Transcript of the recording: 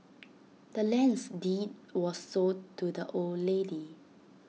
the land's deed was sold to the old lady